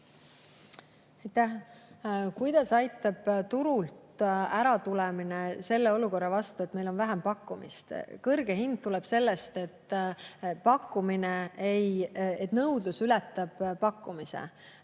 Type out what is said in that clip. Kuidas aitab turult äratulemine selle vastu, et meil on vähem pakkumist? Kõrge hind tuleb sellest, et nõudlus ületab pakkumist.